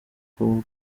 rw’u